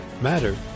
matter